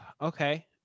okay